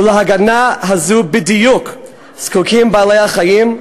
ולהגנה הזו בדיוק זקוקים בעלי-החיים,